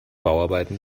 bauarbeiten